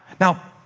now,